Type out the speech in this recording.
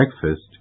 breakfast